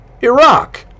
Iraq